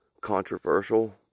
controversial